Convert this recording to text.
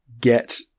get